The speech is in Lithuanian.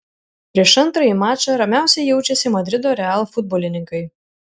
prieš antrąjį mačą ramiausiai jaučiasi madrido real futbolininkai